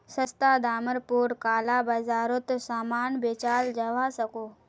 सस्ता डामर पोर काला बाजारोत सामान बेचाल जवा सकोह